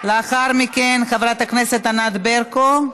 לאחר מכן, חברת הכנסת ענת ברקו,